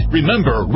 Remember